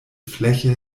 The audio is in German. fläche